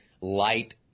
light